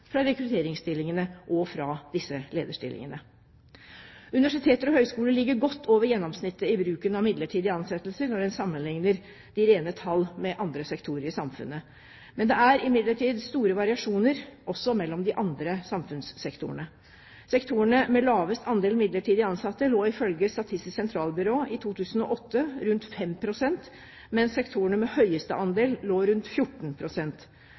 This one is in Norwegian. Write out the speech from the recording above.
fra rekrutteringsstillingene og disse lederstillingene. Universiteter og høgskoler ligger godt over gjennomsnittet i bruken av midlertidige ansettelser når en sammenligner de rene tall med andre sektorer i samfunnet. Det er imidlertid store variasjoner også mellom de andre samfunnssektorene. Sektorene med lavest andel midlertidig ansatte lå ifølge Statistisk sentralbyrå i 2008 rundt 5 pst., mens sektorene med høyeste andel lå rundt